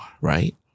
right